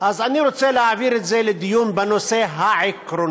אז אני רוצה להעביר את זה לדיון בנושא העקרוני.